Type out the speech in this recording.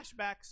flashbacks